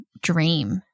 dream